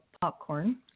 popcorn